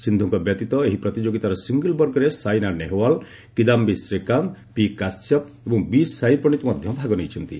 ସିନ୍ଧୁଙ୍କ ବ୍ୟତୀତ ଏହି ପ୍ରତିଯୋଗିତାର ସିଙ୍ଗଲ୍ ବର୍ଗରେ ସାଇନା ନେହୱାଲ କିଦାୟୀ ଶ୍ରୀକାନ୍ତ ପିକାଶ୍ୟପ ଏବଂ ବି ସାଇପ୍ରଣୀତ ମଧ୍ୟ ଭାଗ ନେଇଛନ୍ତି